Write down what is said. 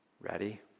Ready